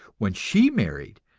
when she married,